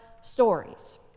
stories